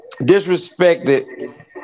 disrespected